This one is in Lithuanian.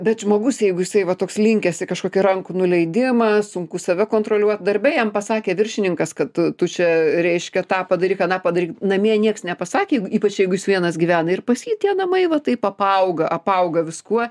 bet žmogus jeigu jisai va toks linkęs į kažkokį rankų nuleidimą sunku save kontroliuot darbe jam pasakė viršininkas kad tu čia reiškia tą padaryk aną padaryk namie nieks nepasakė jei ypač jeigu jis vienas gyvena ir pas jį tie namai va taip apauga apauga viskuo